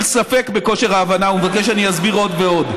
ספק בכושר ההבנה והוא מבקש שאסביר עוד ועוד.